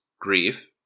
Grief